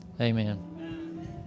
amen